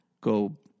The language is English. go